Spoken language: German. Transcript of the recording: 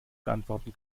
beantworten